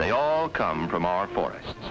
they all come from our forest